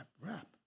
wrap